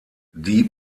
die